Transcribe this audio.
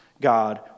God